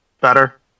better